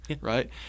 right